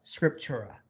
Scriptura